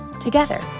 together